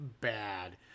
bad